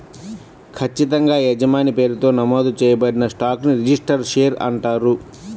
ఖచ్చితంగా యజమాని పేరుతో నమోదు చేయబడిన స్టాక్ ని రిజిస్టర్డ్ షేర్ అంటారు